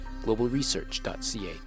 globalresearch.ca